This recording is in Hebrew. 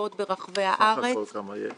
נוספות ברחבי הארץ --- סך הכול כמה יש?